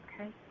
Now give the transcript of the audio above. Okay